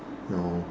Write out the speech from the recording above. no